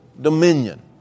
dominion